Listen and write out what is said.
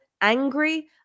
angry